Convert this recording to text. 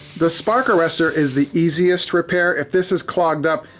the spark arrestor is the easiest repair. if this is clogged up,